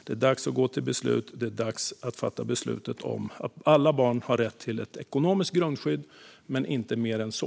Det är dags att gå till beslut, och det är dags att fatta beslutet om att alla barn har rätt till ett ekonomiskt grundskydd men inte mer än så.